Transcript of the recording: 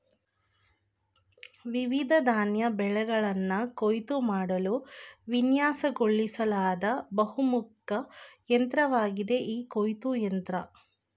ವಿವಿಧ ಧಾನ್ಯ ಬೆಳೆಗಳನ್ನ ಕೊಯ್ಲು ಮಾಡಲು ವಿನ್ಯಾಸಗೊಳಿಸ್ಲಾದ ಬಹುಮುಖ ಯಂತ್ರವಾಗಿದೆ ಈ ಕೊಯ್ಲು ಯಂತ್ರ